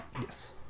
Yes